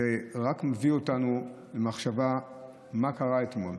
זה רק מוביל אותנו למחשבה מה קרה אתמול,